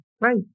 Right